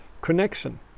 connection